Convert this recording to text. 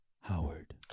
Howard